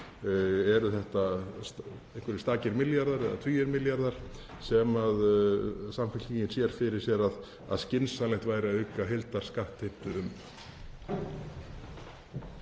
Eru þetta einhverjir stakir milljarðar eða tugir milljarða sem Samfylkingin sér fyrir sér að skynsamlegt væri að auka heildarskattheimtu um?